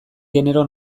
genero